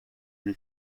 and